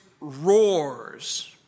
roars